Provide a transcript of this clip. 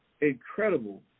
incredible